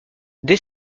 dès